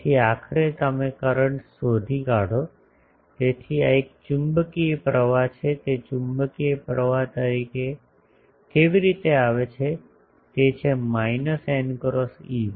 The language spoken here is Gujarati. તેથી આખરે તમે કરંટ શોધી કાઢો તેથી આ એક ચુંબકીય પ્રવાહ છે તે ચુંબકીય પ્રવાહ કેવી રીતે આવે છે તે છે માઇનસ n ક્રોસ E1